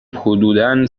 حدودا